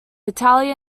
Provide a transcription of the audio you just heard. italian